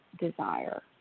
desire